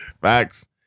Facts